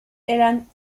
eran